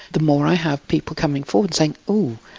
the more i have people coming forward saying oh,